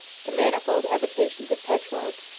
the manifold avocations of petrarch,